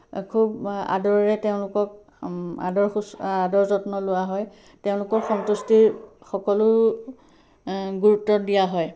খুব আদৰেৰে তেওঁলোকক আদৰ শুশ্ আদৰ যত্ন লোৱা হয় তেওঁলোকৰ সন্তুষ্টিৰ সকলো গুৰুত্ব দিয়া হয়